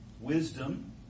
wisdom